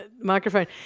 microphone